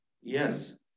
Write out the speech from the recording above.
Yes